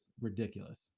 ridiculous